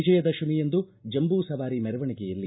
ವಿಜಯ ದಶಮಿಯಂದು ಜಂಬೂ ಸವಾರಿ ಮೆರವಣಿಗೆಯಲ್ಲಿ